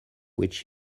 which